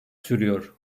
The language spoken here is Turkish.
sürüyor